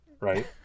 Right